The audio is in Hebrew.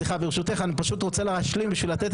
ברשותך אני פשוט רוצה להשלים בשביל לתת